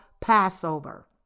Passover